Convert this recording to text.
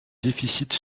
déficit